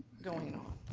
going on.